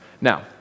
Now